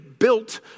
built